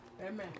Amen